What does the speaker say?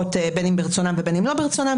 בין אם ברצונם ובין אם לא ברצונם,